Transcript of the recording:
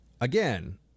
Again